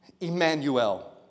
Emmanuel